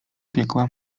piekła